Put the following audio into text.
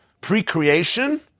Pre-creation